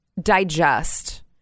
digest